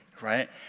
right